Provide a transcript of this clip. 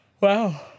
Wow